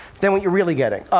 then what you're really getting.